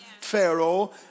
Pharaoh